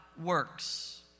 works